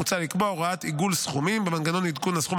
מוצע לקבוע הוראת עיגול סכומים במנגנון עדכון הסכום